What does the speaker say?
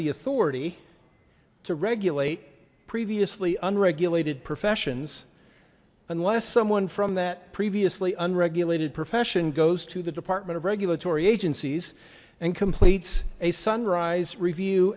the authority to regulate previously unregulated professions unless someone from that previously unregulated profession goes to the department of regulatory agencies and completes a sunrise review